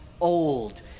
Old